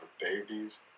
babies